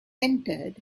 entered